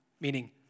meaning